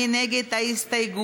מי נגד ההסתייגות?